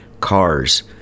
cars